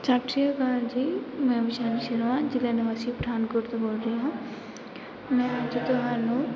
ਸਤਿ ਸ਼੍ਰੀ ਅਕਾਲ ਜੀ ਮੈਂ ਵਿਸ਼ਾਲੀ ਸ਼ਰਮਾ ਜ਼ਿਲ੍ਹਾ ਨਿਵਾਸੀ ਪਠਾਨਕੋਟ ਤੋਂ ਬੋਲ ਰਹੀ ਹਾਂ ਮੈਂ ਅੱਜ ਤੁਹਾਨੂੰ